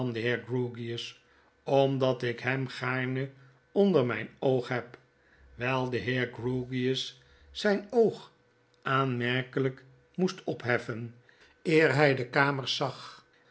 omdat ik hem gaarne onder mgn oog neb wgl de heer grewgious zgn oog aanmerkelgk moest opheffen eer hg de kamers zag